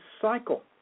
cycle